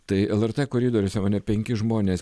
tai lrt koridoriuose mane penki žmonės